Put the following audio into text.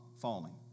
falling